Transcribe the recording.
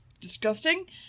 disgusting